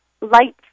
light